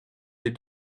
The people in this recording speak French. des